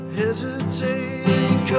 hesitating